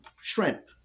shrimp